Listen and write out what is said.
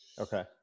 Okay